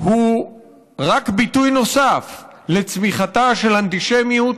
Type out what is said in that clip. הוא רק ביטוי נוסף לצמיחתה של אנטישמיות